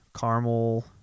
caramel